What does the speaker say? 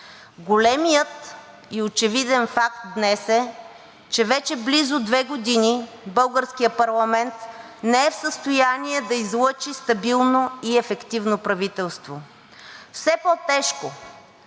Големият и очевиден факт днес е, че вече близо две години българският парламент не е в състояние да излъчи стабилно и ефективно правителство. Все по-тежко